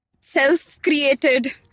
self-created